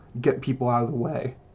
get-people-out-of-the-way